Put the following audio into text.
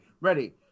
ready